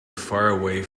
faraway